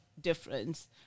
difference